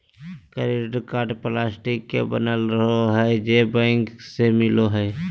credit card plastic के बनल रहो हइ जे बैंक से मिलो हइ